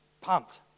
pumped